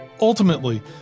Ultimately